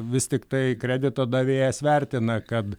vis tiktai kredito davėjas vertina kad